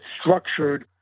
structured